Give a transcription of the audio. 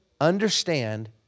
understand